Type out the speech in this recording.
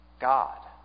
God